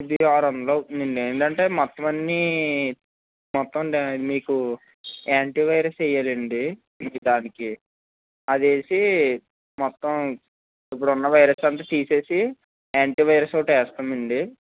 ఈజీగా ఆరు వందలు అవుతుందండి ఏంటంటే మొత్తం అన్నీ మొత్తం మీకు యాంటివైరస్ వేయాలండి ఇంక దానికి అది వేసి మొత్తం ఇప్పుడున్న వైరస్ అంత తీసేసి యాంటివైరస్ ఒకటి వేస్తాం అండి